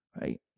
right